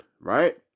right